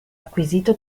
acquisito